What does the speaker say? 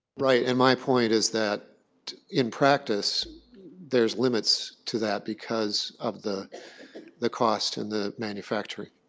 right, and my point is that in practice there's limits to that because of the the cost and the manufacturing.